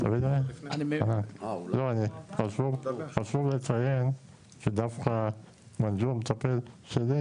לא, חשוב לציין שדווקא מנג'ולה מטפל שלי